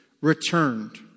returned